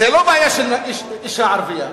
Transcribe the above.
זאת לא בעיה של אשה ערבייה,